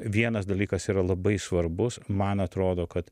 vienas dalykas yra labai svarbus man atrodo kad